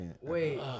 Wait